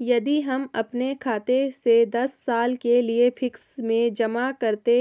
यदि हम अपने खाते से दस साल के लिए फिक्स में जमा करते